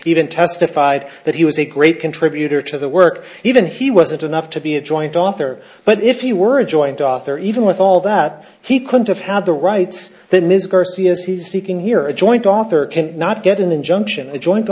even testified that he was a great contributor to the work even he wasn't enough to be a joint author but if he were a joint author even with all that he couldn't have had the rights that ms garcia's he's seeking here a joint author can not get an injunction adjoin